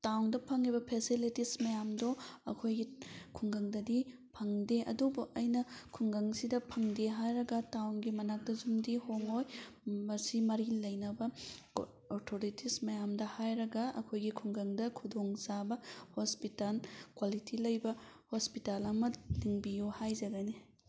ꯇꯥꯎꯟꯗ ꯐꯪꯉꯤꯕ ꯐꯦꯁꯤꯂꯤꯇꯤꯁ ꯃꯌꯥꯝꯗꯣ ꯑꯩꯈꯣꯏꯒꯤ ꯈꯨꯡꯒꯪꯗꯗꯤ ꯐꯪꯗꯦ ꯑꯗꯨꯕꯨ ꯑꯩꯅ ꯈꯨꯡꯒꯪꯁꯤꯗ ꯐꯪꯗꯦ ꯍꯥꯏꯔꯒ ꯇꯥꯎꯟꯒꯤ ꯃꯅꯥꯛꯇ ꯌꯨꯝꯗꯤ ꯍꯣꯡꯉꯣꯏ ꯃꯁꯤ ꯃꯔꯤ ꯂꯩꯅꯕ ꯑꯣꯊꯣꯔꯤꯇꯤꯁ ꯃꯌꯥꯝꯗ ꯍꯥꯏꯔꯒ ꯑꯩꯈꯣꯏꯒꯤ ꯈꯨꯡꯒꯪꯗ ꯈꯨꯗꯣꯡ ꯆꯥꯕ ꯍꯣꯁꯄꯤꯇꯥꯟ ꯀ꯭ꯋꯥꯂꯤꯇꯤ ꯂꯩꯕ ꯍꯣꯁꯄꯤꯇꯥꯜ ꯑꯃ ꯂꯤꯡꯕꯤꯌꯨ ꯍꯥꯏꯖꯒꯅꯤ